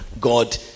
God